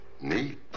Neat